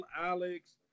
Alex